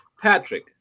patrick